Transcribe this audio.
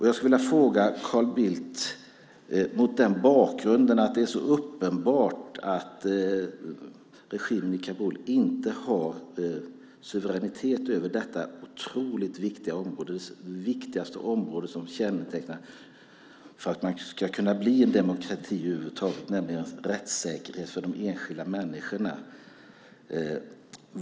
Jag skulle vilja ställa en fråga till Carl Bildt mot bakgrund av att det är så uppenbart att regimen i Kabul inte har suveränitet över detta otroligt viktiga område. Det är det viktigaste området för att man över huvud taget ska kunna bli en demokrati. Det handlar nämligen om rättssäkerhet för de enskilda människorna.